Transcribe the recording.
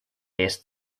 eest